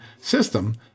system